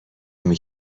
نمی